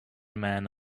men